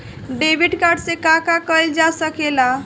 Debit card से का का कइल जा सके ला?